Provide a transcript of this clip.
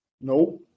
No